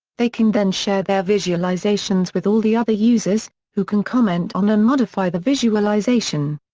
they can then share their visualizations with all the other users, who can comment on and modify the visualization.